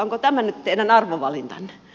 onko tämä nyt teidän arvovalintanne